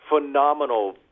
phenomenal